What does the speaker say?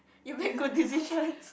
you make good decisions